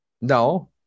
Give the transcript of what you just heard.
No